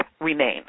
remain